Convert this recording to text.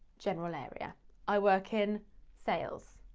general area. i work in sales.